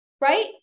right